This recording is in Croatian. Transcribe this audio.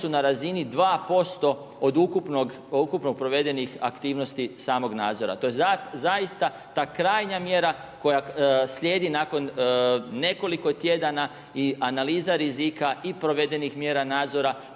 na razini 2% od ukupnog provedenih aktivnosti samog nadzora. To je zaista, ta krajnja mjera, koja slijedi nakon nekoliko tjedana i analiza rizika i provedenih mjera nadzora,